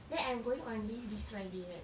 then I'm going on leave this friday right